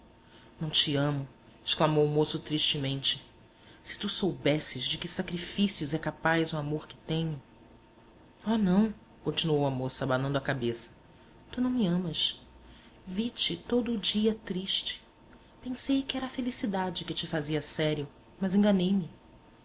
não te amo exclamou o moço tristemente se tu soubesses de que sacrifícios é capaz o amor que te tenho oh não continuou a moça abanando a cabeça tu não me amas vi-te todo o dia triste pensei que era a felicidade que te fazia sério mas enganei-me